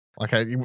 Okay